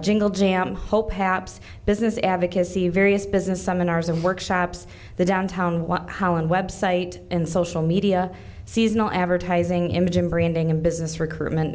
jingle jam hope pap's business advocacy various business seminars and workshops the downtown how and website and social media seasonal advertising image and branding and business recruitment